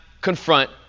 confront